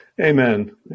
Amen